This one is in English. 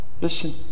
listen